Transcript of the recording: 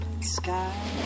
sky